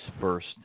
first